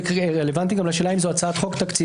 זה גם רלוונטי לשאלה אם זאת הצעת חוק תקציבית,